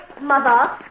Mother